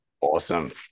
Awesome